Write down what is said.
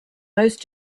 most